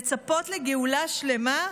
לצפות לגאולה שלמה?